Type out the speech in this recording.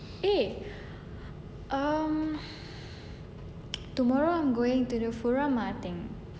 eh um tomorrow I'm going to the furama thing